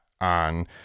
on